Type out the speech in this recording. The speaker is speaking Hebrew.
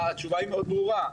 התשובה היא מאוד ברורה.